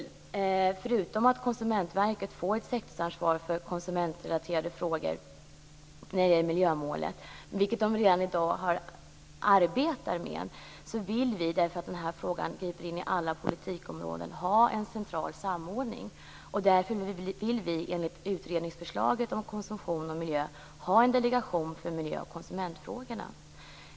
Förutom att Konsumentverket får ett sektorsansvar för konsumentrelaterade frågor när det gäller miljömålen, vilket man redan i dag arbetar med, vill vi, eftersom denna fråga griper in i alla politikområden, ha en central samordning. Därför vill vi enligt utredningsförslaget om konsumtion och miljö ha en delegation för miljö och konsumentfrågorna.